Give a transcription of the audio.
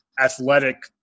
athletic